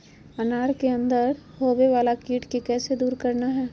अनार के अंदर होवे वाला कीट के कैसे दूर करना है?